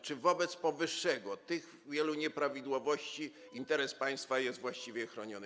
Czy wobec powyższego, tych wielu nieprawidłowości interes państwa jest właściwie chroniony?